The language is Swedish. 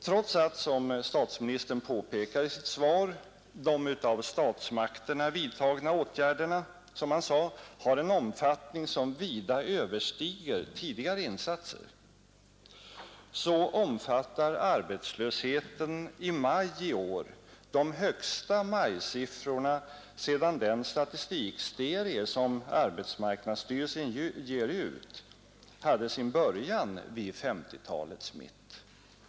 Trots att, som statsministern påpekar i sitt svar, de av statsmakterna vidtagna åtgärderna ”har en omfattning som vida överstiger tidigare insatser” omfattar arbetslösheten i maj i år de högsta majsiffrorna sedan den statistikserie som arbetsmarknadsstyrelsen ger ut hade sin början vid 1950-talets mitt.